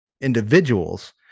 Individuals